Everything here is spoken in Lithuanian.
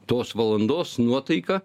tos valandos nuotaika